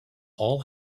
all